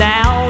Now